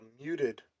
muted